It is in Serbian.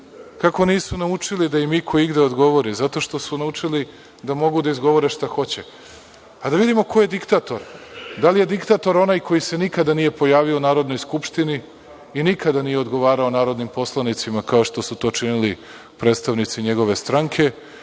Kako nisu naučili da im iko igde odgovori? Zato što su naučili da mogu da izgovore šta hoće. Da vidimo ko je diktator, da li je diktator onaj koji se nikada nije pojavio u Narodnoj skupštini i nikada nije odgovarao narodnim poslanicima, kao što su to činili predstavnici njegove stranke,